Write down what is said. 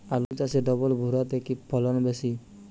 আলু চাষে ডবল ভুরা তে কি ফলন বেশি?